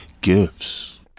gifts